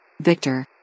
Victor